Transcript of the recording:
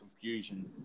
confusion